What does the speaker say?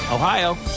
Ohio